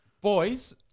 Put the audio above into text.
Boys